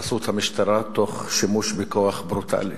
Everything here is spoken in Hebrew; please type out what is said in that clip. בחסות המשטרה, תוך שימוש בכוח ברוטלי.